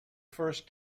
first